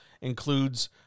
includes